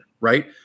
right